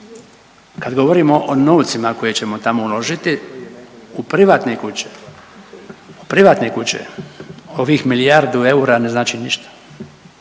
kad govorimo o novcima koje ćemo tamo uložiti u privatne kuće, u privatne kuće ovih milijardu eura ne znači ništa